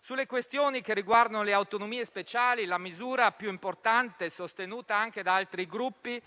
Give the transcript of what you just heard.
Sulle questioni che riguardano le autonomie speciali, la misura più importante, sostenuta anche da altri Gruppi,